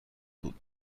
بود